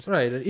Right